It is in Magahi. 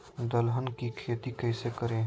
दलहन की खेती कैसे करें?